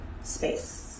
space